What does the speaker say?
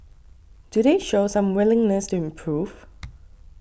do they show some willingness to improve